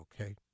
okay